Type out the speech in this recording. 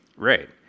right